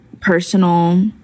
personal